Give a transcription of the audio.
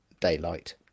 daylight